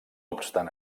obstant